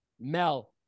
Mel